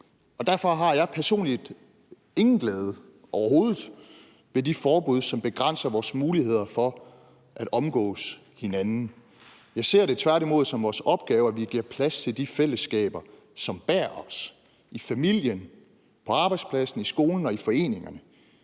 Derfor har jeg personligt ingen glæde overhovedet ved de forbud, som begrænser vores muligheder for at omgås hinanden. Jeg ser det tværtimod som vores opgave, at vi giver plads til de fællesskaber, som bærer os – i familien, på arbejdspladsen, i skolen og i foreningerne.